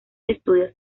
estudios